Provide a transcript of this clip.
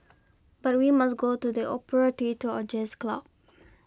but we must go to the opera theatre or jazz club